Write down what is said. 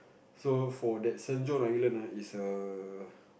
so for that Saint-John Island ah is a